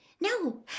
No